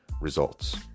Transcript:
results